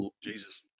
Jesus